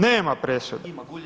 Nema presude.